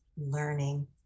learning